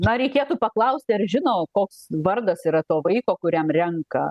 na reikėtų paklausti ar žino koks vardas yra to vaiko kuriam renka